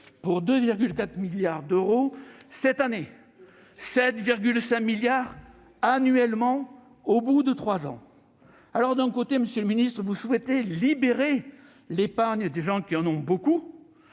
pour 2,4 milliards d'euros cette année et 7,5 milliards d'euros annuellement au bout de trois ans. D'un côté, monsieur le ministre, vous souhaitez libérer l'épargne des gens qui en ont beaucoup,